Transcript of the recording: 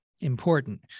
important